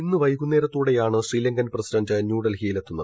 ഇന്ന് വൈകുന്നേരത്തോടെയാണ് ശ്രീലങ്കൻ പ്രസിഡന്റ് ന്യൂഡൽഹിയിൽ എത്തുന്നത്